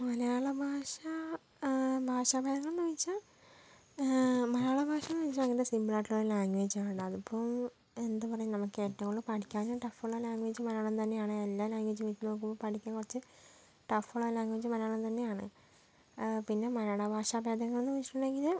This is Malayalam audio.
മലയാള ഭാഷ ഭാഷാഭേദങ്ങൾ എന്ന് വെച്ചാൽ മലയാള ഭാഷാന്ന് വെച്ചാൽ വളരെ സിമ്പിൾ ആയിട്ടുള്ള ഒരു ലാംഗ്വേജാണ് അതിപ്പോൾ എന്താ പറയാൻ നമുക്കേറ്റവും കൂടുതല് പഠിക്കാനും ടഫ്ഫുള്ള ലാംഗ്വേജ് മലയാളം തന്നെയാണ് എല്ലാ ലാംഗ്വേജ് വെച്ച് നോക്കുമ്പോൾ പഠിക്കാൻ കുറച്ച് ടഫ്ഫുള്ള ലാംഗ്വേജ് മലയാളം തന്നെയാണ് പിന്നെ മലയാള ഭാഷ ഭേദങ്ങൾ എന്ന് വെച്ചിട്ടുണ്ടെങ്കില്